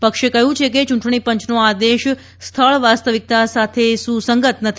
પક્ષે કહ્યું છે કે ચૂંટણી પંચનો આદેશ સ્થળ વાસ્તવિક્તા સાથે સ્રસંગત નથી